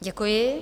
Děkuji.